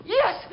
yes